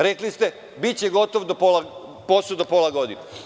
Rekli ste – biće gotov posao do pola godine.